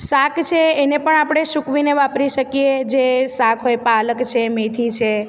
શાક છે એને પણ આપણે સૂકવીને વાપરી શકીએ જે શાક હોય પાલક છે મેથી છે